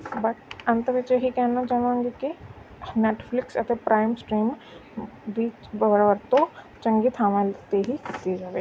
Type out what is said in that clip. but ਅੰਤ ਵਿੱਚ ਇਹ ਹੀ ਕਹਿਣਾ ਚਾਹਵਾਂਗੀ ਕਿ ਨੈੱਟਫਲਿਕਸ ਅਤੇ ਪ੍ਰਾਈਮ ਸਟ੍ਰੀਮ ਦੀ ਵਰਤੋਂ ਚੰਗੀ ਥਾਵਾਂ 'ਤੇ ਹੀ ਕੀਤੀ ਜਾਵੇ